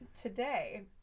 Today